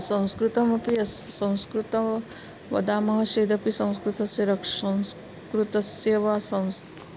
संस्कृतमपि अस् संस्कृतं वदामः चेदपि संस्कृतस्य रक्ष् संस्कृतस्य वा संस्